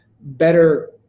better